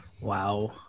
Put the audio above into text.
Wow